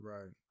Right